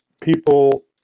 people